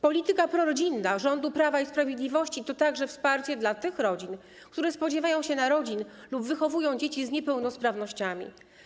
Polityka prorodzinna rządu Prawa i Sprawiedliwości to także wsparcie dla tych rodzin, które spodziewają się narodzin lub wychowują dzieci z niepełnosprawnościami.